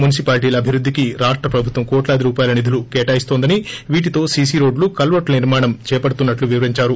మునిపాల్టీల అభివృద్దికి రాష్ట ప్రభుత్వం కోట్లాది రూపాయల నిధులు కేటాయిన్తోందని వీటితో సీసీ రోడ్లు కల్వర్టుల నిర్మాణం చేపడుతున్నట్లు వివరిందారు